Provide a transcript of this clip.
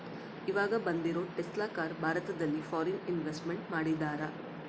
ಈವಾಗ ಬಂದಿರೋ Tesla car ಭಾರತದಲ್ಲಿ ಫಾರಿನ್ ಇನ್ವೆಸ್ಟ್ಮೆಂಟ್ ಮಾಡಿದರಾ